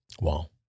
Wow